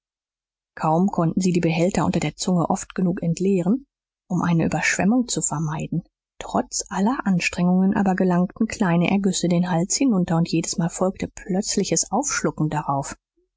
kaum konnten sie die behälter unter der zunge oft genug entleeren um eine überschwemmung zu vermeiden trotz aller anstrengungen aber gelangten kleine ergüsse den hals hinunter und jedesmal folgte plötzliches aufschlucken darauf